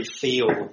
feel